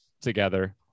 together